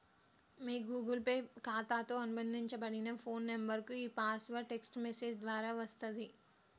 మీ Google Pay ఖాతాతో అనుబంధించబడిన phone నంబర్కు ఈ పాస్వర్డ్ టెక్ట్స్ మెసేజ్ ద్వారా వస్తది